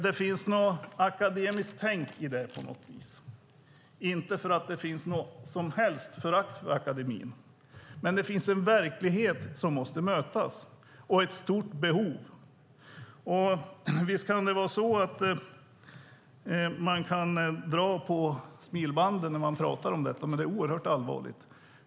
Det finns ett akademiskt tänk i det, inte för att det finns något som helst förakt för akademin, men det finns en verklighet som måste mötas och ett stort behov. Visst kan man dra på smilbanden när man pratar om detta, men det är oerhört allvarligt.